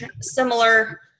similar